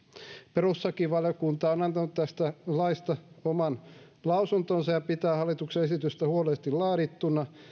perustuslakivaliokunta on antanut tästä laista oman mietintönsä ja pitää hallituksen esitystä huolellisesti laadittuna